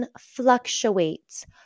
fluctuates